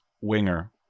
winger